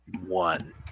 one